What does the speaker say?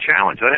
challenge